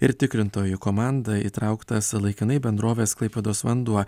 ir tikrintojų komandą įtrauktas laikinai bendrovės klaipėdos vanduo